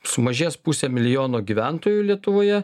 sumažės pusė milijono gyventojų lietuvoje